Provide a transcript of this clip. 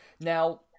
Now